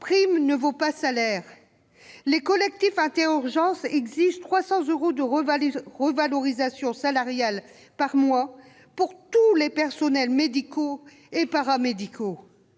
prime ne vaut pas salaire ! Les collectifs Inter-Urgences exigent 300 euros de revalorisation salariale par mois pour tous les personnels médicaux et paramédicaux.